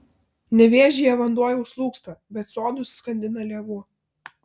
nevėžyje vanduo jau slūgsta bet sodus skandina lėvuo